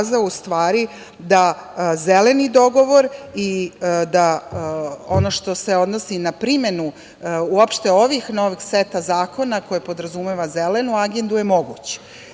u stvari da zeleni dogovor i da ono što se odnosi na primeni uopšte ovog seta zakona koji podrazumeva zelenu agendu je moguć. Srbija